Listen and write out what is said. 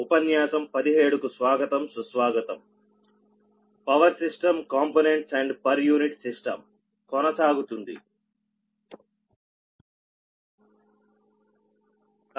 ఉపన్యాసం 17 power system components and per unit system కొనసాగింపు